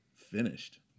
Finished